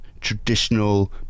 traditional